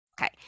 okay